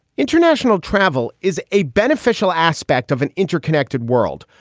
international travel is a beneficial aspect of an interconnected world.